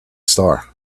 star